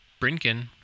Brinken